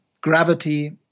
gravity